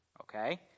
okay